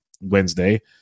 Wednesday